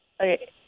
Okay